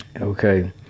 Okay